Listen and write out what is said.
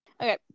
Okay